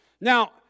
Now